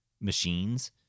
machines